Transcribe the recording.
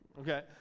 Okay